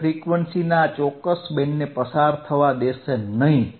તે ફ્રીક્વન્સીના આ ચોક્કસ બેન્ડને પસાર થવા દેશે નહીં